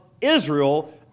Israel